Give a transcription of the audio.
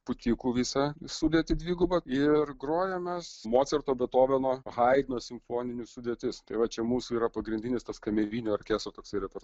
pūtikų visą sudėtį dvigubą ir grojam mes mocarto bethoveno haidno simfoninių sudėtis tai va čia mūsų yra pagrindinis tas kamerinių orkestrų toksai yra tas